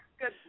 Good